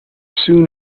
soon